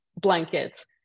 blankets